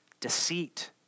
deceit